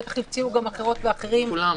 בטח הציעו גם אחרות ואחרים --- כולם.